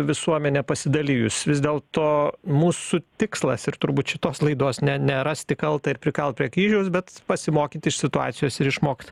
visuomenė pasidalijus vis dėl to mūsų tikslas ir turbūt šitos laidos ne ne rasti kaltą ir prikalt prie kryžiaus bet pasimokyt iš situacijos ir išmokt